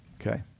Okay